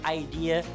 idea